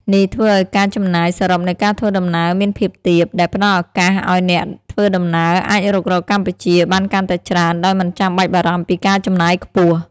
នេះធ្វើឱ្យការចំណាយសរុបនៃការធ្វើដំណើរមានភាពទាប ដែលផ្ដល់ឱកាសឱ្យអ្នកធ្វើដំណើរអាចរុករកកម្ពុជាបានកាន់តែច្រើនដោយមិនចាំបាច់បារម្ភពីការចំណាយខ្ពស់។